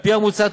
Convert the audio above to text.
על-פי המוצע,